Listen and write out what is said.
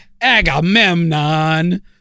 Agamemnon